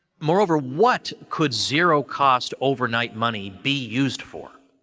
moreover, what could zero-cost overnight money be used for?